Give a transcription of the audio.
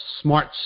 smart